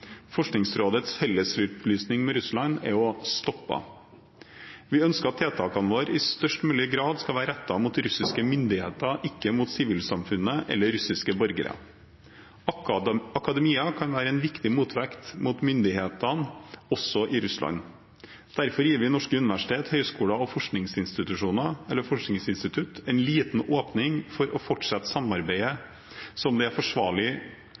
Forskningsrådets fellesutlysning med Russland er også stoppet. Vi ønsker at tiltakene våre i størst mulig grad skal være rettet mot russiske myndigheter, ikke mot sivilsamfunnet eller russiske borgere. Akademia kan være en viktig motvekt mot myndighetene, også i Russland. Derfor gir vi norske universiteter, høyskoler og forskningsinstitusjoner, eller forskningsinstitutt, en liten åpning for å fortsette samarbeid som det er forsvarlig